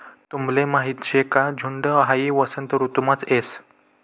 तुमले माहीत शे का झुंड हाई वसंत ऋतुमाच येस